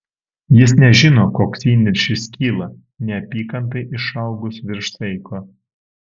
jis nežino koks įniršis kyla neapykantai išaugus virš saiko